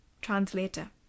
Translator